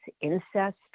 incest